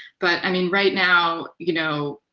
but i mean, right now, you know